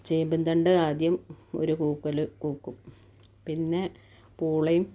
ചേമ്പും തണ്ട് ആദ്യം ഒരു ഹൂക്കൽ കൂക്കും പിന്നെ പൂളേം